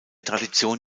tradition